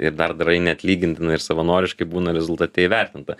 ir dar darai neatlygintinai ir savanoriškai būna rezultate įvertinta